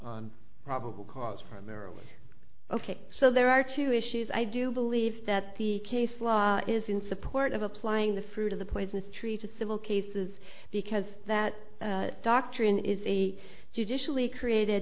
on probable cause primarily ok so there are two issues i do believe that the case law is in support of applying the fruit of the poisonous tree to civil cases because that doctrine is a judicially created